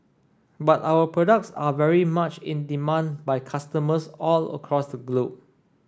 but our products are very much in demand by customers all across the globe